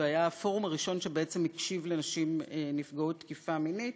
היה הפורום הראשון שבעצם הקשיב לנשים נפגעות תקיפה מינית.